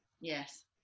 Yes